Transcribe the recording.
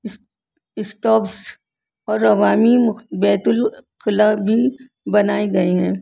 stuffs اور عوامی بیت الخلاء بھی بنائے گئے ہیں